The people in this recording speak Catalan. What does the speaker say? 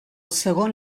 segon